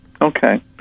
Okay